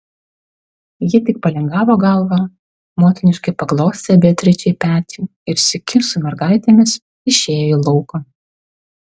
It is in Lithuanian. ji tik palingavo galvą motiniškai paglostė beatričei petį ir sykiu su mergaitėmis išėjo į lauką